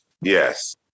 yes